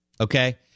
okay